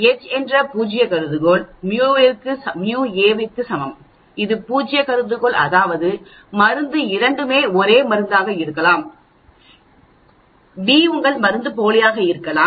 H என்ற பூஜ்ய கருதுகோள் μa க்கு சமம் அது பூஜ்ய கருதுகோள் அதாவது மருந்து இரண்டுமே ஒரே மருந்தாக இருக்கலாம் பி உங்கள் மருந்துப்போலியாக இருக்கலாம்